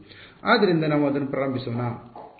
ಆದ್ದರಿಂದ ನಾವು ಅದನ್ನು ಪ್ರಾರಂಭಿಸೋಣ